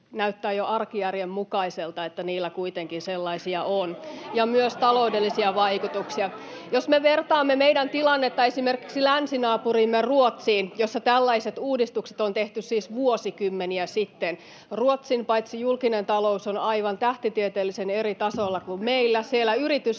näyttää jo arkijärjen mukaiselta, että niillä kuitenkin on sellaisia ja myös taloudellisia vaikutuksia. [Kimmo Kiljunen: Negatiivisia vaikutuksia!] Jos me vertaamme meidän tilannettamme esimerkiksi länsinaapuriimme Ruotsiin, jossa tällaiset uudistukset on tehty, siis vuosikymmeniä sitten, Ruotsin julkinen talous on aivan tähtitieteellisen eri tasolla kuin meillä. [Jussi